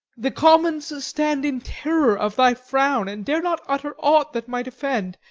the commons stand in terror of thy frown, and dare not utter aught that might offend,